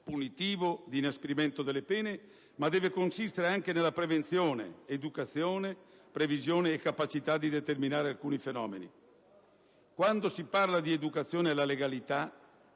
punitivo, di inasprimento delle pene, ma deve consistere anche nella prevenzione, educazione, previsione e capacità di determinare alcuni fenomeni. Quando si parla di educazione alla legalità